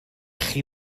chi